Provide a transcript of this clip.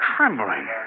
Trembling